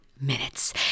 minutes